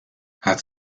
hat